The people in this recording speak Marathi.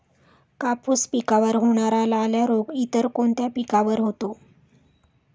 कापूस पिकावर होणारा लाल्या रोग इतर कोणत्या पिकावर होतो?